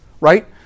Right